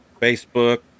Facebook